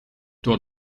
door